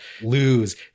lose